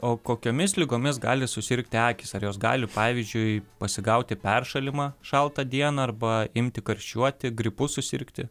o kokiomis ligomis gali susirgti akys ar jos gali pavyzdžiui pasigauti peršalimą šaltą dieną arba imti karščiuoti gripu susirgti